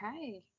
Okay